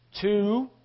Two